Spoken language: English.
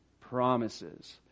promises